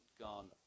gone